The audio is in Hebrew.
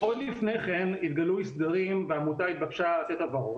עוד לפני כן התגלו אי סדרים והעמותה התבקשה לתת הבהרות,